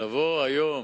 לבוא היום